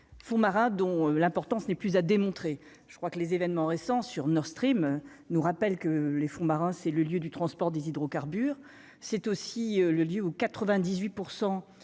fonds marins dont l'importance n'est plus à démontrer, je crois que les événements récents sur Nord Stream, nous rappelle que les fonds marins, c'est le lieu du transport des hydrocarbures, c'est aussi le lieu où 98